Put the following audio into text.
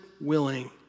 willing